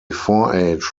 forage